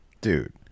Dude